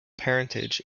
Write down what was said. parentage